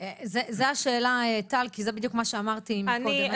זאת השאלה טל, כי זה בדיוק מה שאמרתי מקודם.